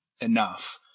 enough